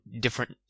different